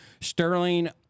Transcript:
Sterling